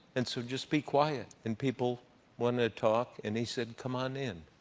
and, so, just be quiet. and people want to talk, and he said, come on in.